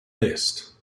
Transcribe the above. list